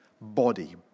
body